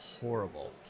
horrible